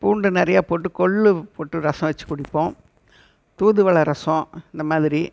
பூண்டு நிறையா போட்டு கொள்ளு போட்டு ரசம் வச்சு குடிப்போம் தூதுவளை ரசம் இந்தமாதிரி